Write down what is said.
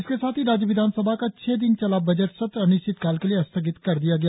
इसके साथ ही राज्य विधानसभा का छह दिन चला बजट सत्र अनिश्चितकाल के लिए स्थगित कर दिया गया